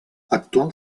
actual